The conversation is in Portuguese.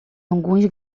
alguns